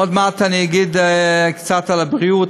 עוד מעט אני אגיד קצת על הבריאות,